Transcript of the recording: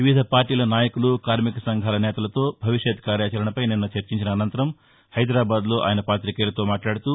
వివిధ పార్టీల నాయకులు కార్మిక సంఘాల నేతలతో భవిష్యత్ కార్యాచరణపై నిన్న చర్చించిన అనంతరం హైదాబాద్ లో ఆయన పాతికేయులతో మాట్లాడుతూ